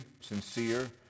sincere